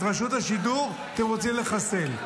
את רשות השידור אתם רוצים לחסל.